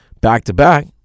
back-to-back